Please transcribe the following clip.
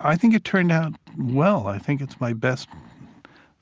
i think it turned out well. i think it's my best